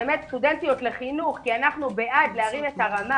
שבאמת סטודנטיות לחינוך כי אנחנו בעד להרים את הרמה